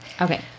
Okay